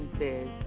says